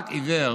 רק עיוור